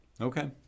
Okay